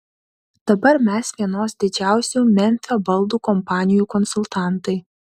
dabar mes vienos didžiausių memfio baldų kompanijų konsultantai